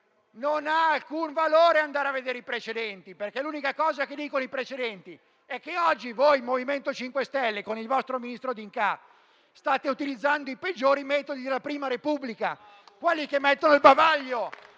Non ha alcun valore andare a vedere i precedenti, perché l'unica cosa che dicono i precedenti è che oggi voi, MoVimento 5 Stelle, con il vostro ministro D'Incà, state utilizzando i peggiori metodi della Prima Repubblica, quelli che mettono il bavaglio